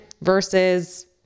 versus